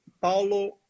Paulo